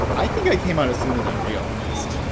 i think i came out as soon as i realized.